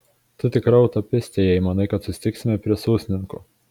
tu tikra utopistė jei manai kad susitiksime prie sūsninkų